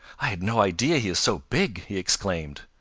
i had no idea he is so big! he exclaimed.